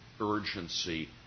urgency